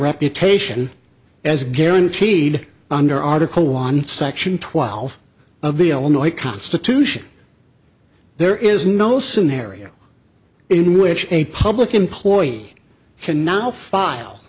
reputation as guaranteed under article one section twelve of the illinois constitution there is no scenario in which a public employee cannot file